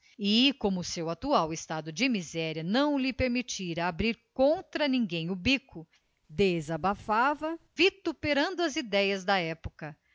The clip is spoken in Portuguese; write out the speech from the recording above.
e como o seu atual estado de miséria não lhe permitia abrir contra ninguém o bico desabafava vituperando as idéias da época